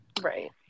Right